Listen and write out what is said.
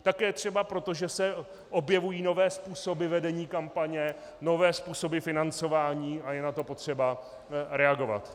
Také třeba proto, že se objevují nové způsoby vedení kampaně, nové způsoby financování a je na to potřeba reagovat.